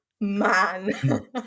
man